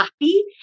happy